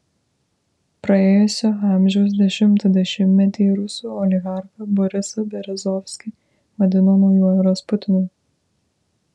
praėjusio amžiaus dešimtą dešimtmetį rusų oligarchą borisą berezovskį vadino naujuoju rasputinu